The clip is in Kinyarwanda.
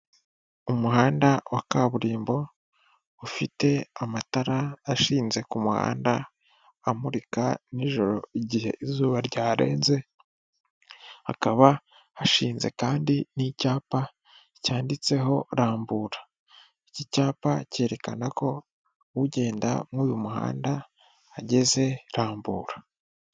Umuhanda wa kaburimbo ufite amatara ashinze ku muhanda, amurika n'ijoro igihe izuba ryarenze, hakaba hashinze kandi n'icyapa cyanditseho Rambura, iki cyapa cyerekana ko ugenda mw'uyu muhanda ageze Rambura.